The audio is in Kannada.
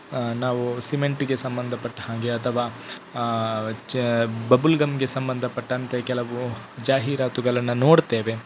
ನಾವು ಸಿಮೆಂಟಿಗೆ ಸಂಬಂಧಪಟ್ಟಹಾಗೆ ಅಥವಾ ಚೆ ಬಬಲ್ ಗಮ್ಮಿಗೆ ಸಂಬಂಧಪಟ್ಟಂತೆ ಕೆಲವು ಜಾಹೀರಾತುಗಳನ್ನು ನೋಡ್ತೇವೆ